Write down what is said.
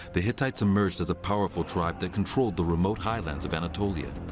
the hittites emerged as a powerful tribe that controlled the remote highlands of anatolia.